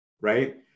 right